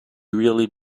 really